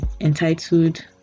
entitled